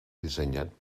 dissenyat